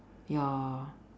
ya